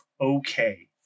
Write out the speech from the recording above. okay